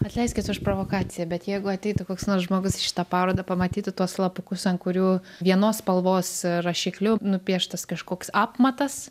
atleiskit už provokaciją bet jeigu ateitų koks nors žmogus į šitą parodą pamatytų tuos lapukus ant kurių vienos spalvos rašikliu nupieštas kažkoks apmatas